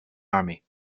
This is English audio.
army